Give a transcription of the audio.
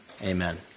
amen